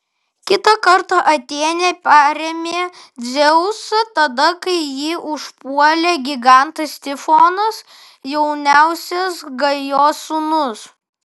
kitą kartą atėnė parėmė dzeusą tada kai jį užpuolė gigantas tifonas jauniausias gajos sūnus